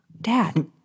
Dad